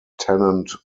tenant